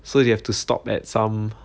so they have to stop at some